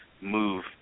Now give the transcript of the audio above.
move